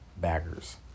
baggers